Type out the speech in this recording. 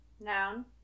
Noun